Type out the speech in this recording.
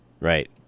Right